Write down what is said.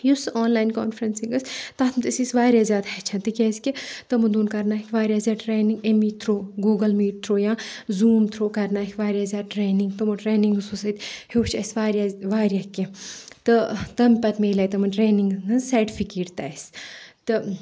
یُس online conferencing ٲس تَتھ منز ٲسۍ أسۍ واریاہ زیادٕ ہیٚچھان تِکیازِ کہِ تِمَن دۄہن کرنایکھ واریاہ زیادٕ ٹرینِنگ امے تھروٗ گوٗگَل میٖٹ تھروٗ یا زوٗم تھروٗ کَرنٲیِکھ واریاہ زیادٕ ٹرینِنگ تِمو ٹرینِنگو سۭتۍ ہیٚوچھ اسہِ واریاہ واریاہ کینٛہہ تہٕ تمہِ پَتہٕ ملیو تِمن ٹرینِنگ ہٕنز سَرٹِفِکیٹ تہِ اسہِ